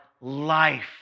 life